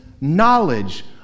knowledge